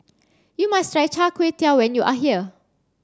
you must try Char Kway Teow when you are here